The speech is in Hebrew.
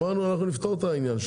אמרנו שנפתור את העניין.